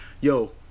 yo